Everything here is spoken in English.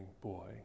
boy